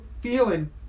feeling